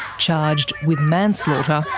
charged with manslaughter,